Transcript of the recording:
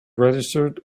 registered